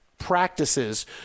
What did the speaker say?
practices